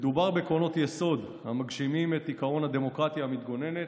מדובר בעקרונות יסוד המגשימים את עקרון הדמוקרטיה המתגוננת.